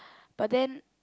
but then